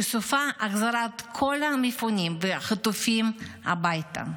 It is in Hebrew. שסופה החזרת כל המפונים והחטופים הביתה.